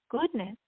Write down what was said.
goodness